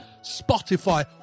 Spotify